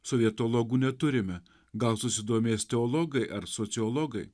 sovietologų neturime gal susidomės teologai ar sociologai